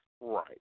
Right